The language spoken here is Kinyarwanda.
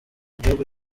gihugu